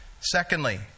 Secondly